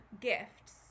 gifts